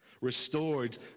restored